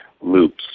loops